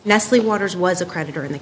nestle waters was a creditor in the